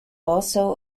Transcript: also